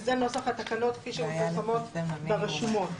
שזה נוסח התקנות כפי שמפורסמות ברשומות.